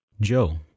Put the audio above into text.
Joe